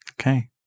Okay